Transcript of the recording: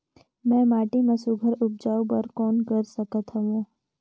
मैं माटी मा सुघ्घर उपजाऊ बर कौन कर सकत हवो?